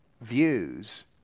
views